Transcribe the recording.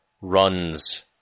runs